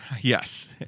Yes